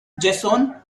jason